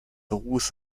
ruß